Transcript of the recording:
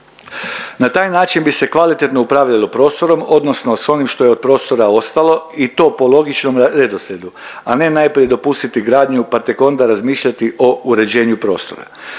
Na taj način bi se kvalitetno upravljalo prostorom odnosno s onim što je od prostora ostalo i to po logičnom redoslijedu, a ne najprije dopustiti gradnju pa tek onda razmišljati o uređenju prostora.